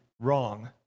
wrong